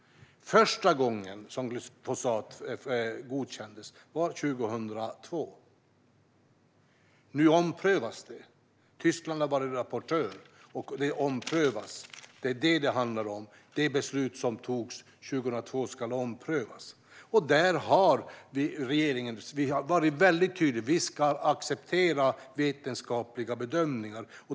Första gången som glyfosat godkändes var 2002. Nu omprövas det. Tyskland har varit rapportör, och det omprövas nu. Det är det som det handlar om: Det beslut som togs 2002 ska omprövas. Regeringen har varit mycket tydlig. Vi ska acceptera vetenskapliga bedömningar.